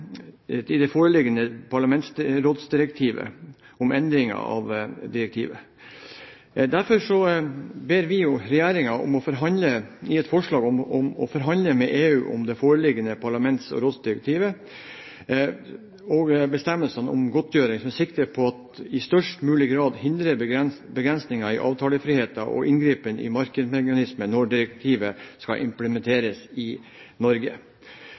i det foreliggende parlaments- og rådsdirektivet om endringer av direktiver. Derfor ber vi i et forslag regjeringen om å forhandle med EU om det foreliggende parlaments- og rådsdirektivet og bestemmelsene om godtgjørelse med sikte på i størst mulig grad å hindre begrensninger i avtalefriheten og inngripen i markedsmekanismene når direktivet skal implementeres i Norge.